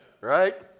Right